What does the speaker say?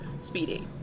speedy